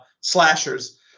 slashers